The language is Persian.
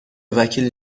وکیل